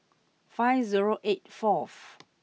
five zero eight forth